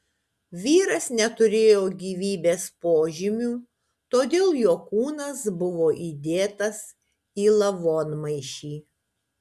vyras neturėjo gyvybės požymių todėl jo kūnas buvo įdėtas į lavonmaišį